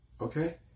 Okay